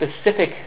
specific